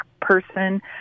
person